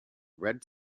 red